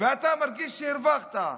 ואתה מרגיש שהרווחת.